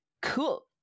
cool